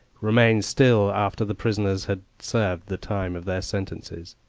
remained still after the prisoners had served the time of their sentences,